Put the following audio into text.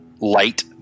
light